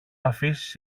αφήσεις